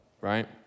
right